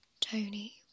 Tony